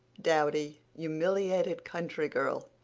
dowdy, humiliated country girl,